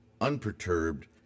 unperturbed